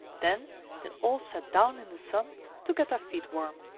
then they all sat down in the sun to get their feet warm.